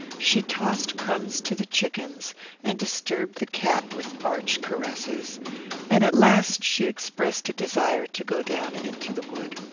she tossed crumbs to the chickens and disturbed the cat with arch caresses and at last she expressed a desire to go down into the wood.